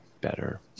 better